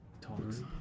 Talks